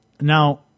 Now